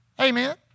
Amen